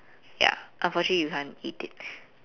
ya unfortunately you can't eat it